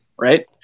right